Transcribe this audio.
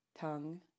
tongue